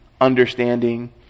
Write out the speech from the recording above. understanding